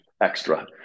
extra